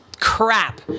Crap